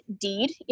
deed